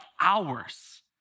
hours